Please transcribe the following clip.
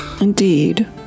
Indeed